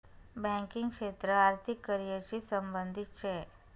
banking क्षेत्र आर्थिक career शी संबंधित शे